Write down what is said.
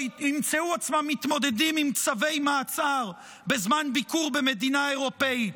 או ימצאו עצמם מתמודדים עם צווי מעצר בזמן ביקור במדינה אירופית?